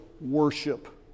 worship